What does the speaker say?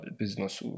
business